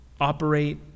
operate